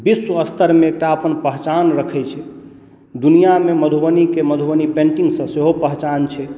विश्व स्तरमे एकटा अपन पहचान रखैत छै दुनिआँमे मधुबनीके मधुबनी पेन्टिंगसँ सेहो पहचान छै